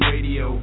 Radio